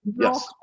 Yes